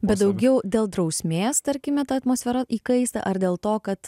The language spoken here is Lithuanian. bet daugiau dėl drausmės tarkime ta atmosfera įkaista ar dėl to kad